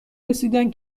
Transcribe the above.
رسیدن